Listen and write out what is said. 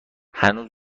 هنوز